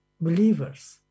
believers